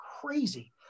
crazy